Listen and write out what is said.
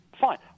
Fine